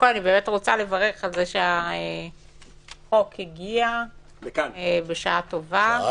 אני רוצה לברך על זה שהחוק הגיע בשעה טובה ומוצלחת.